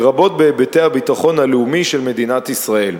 לרבות בהיבטי הביטחון הלאומי של מדינת ישראל.